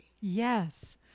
Yes